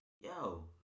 yo